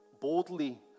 boldly